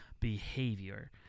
behavior